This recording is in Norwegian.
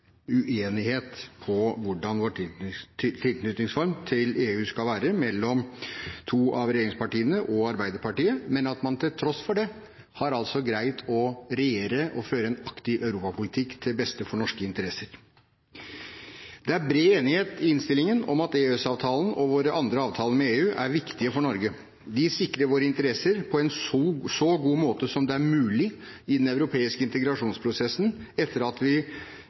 uenighet mellom to av regjeringspartiene og Arbeiderpartiet om hvordan vår tilknytningsform til EU skal være. Men til tross for det har man greid å regjere og føre en aktiv europapolitikk, til beste for norske interesser. Det er bred enighet i innstillingen om at EØS-avtalen og våre andre avtaler med EU er viktige for Norge. De sikrer våre interesser i den europeiske integrasjonsprosessen på en så god måte som mulig, etter at vi – med knapt flertall – valgte bort medlemskap i